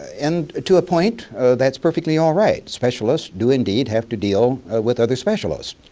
and to a point that's perfectly alright. specialists do, indeed, have to deal with other specialists.